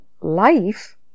life